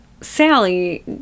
Sally